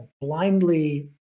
blindly